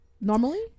Normally